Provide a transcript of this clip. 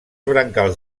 brancals